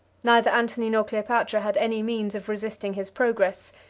neither antony nor cleopatra had any means of resisting his progress,